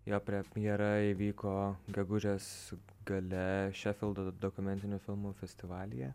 jo premjera įvyko gegužės gale šefildo dokumentinių filmų festivalyje